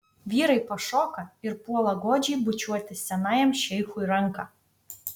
vyrai pašoka ir puola godžiai bučiuoti senajam šeichui ranką